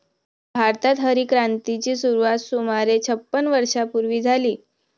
भारतात हरितक्रांतीची सुरुवात सुमारे छपन्न वर्षांपूर्वी झाली